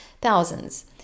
thousands